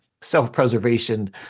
self-preservation